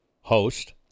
host